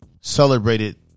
celebrated